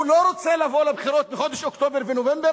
הוא לא רוצה לבוא לבחירות בחודש אוקטובר ונובמבר